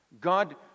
God